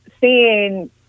seeing